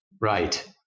Right